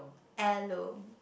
heirloom